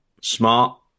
smart